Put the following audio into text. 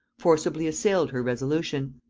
forcibly assailed her resolution.